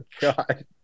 God